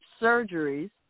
surgeries